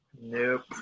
Nope